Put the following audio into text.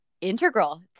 integral